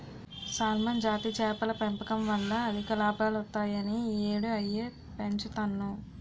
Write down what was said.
salmon జాతి చేపల పెంపకం వల్ల అధిక లాభాలొత్తాయని ఈ యేడూ అయ్యే పెంచుతన్ను